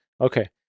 okay